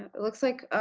it looks like,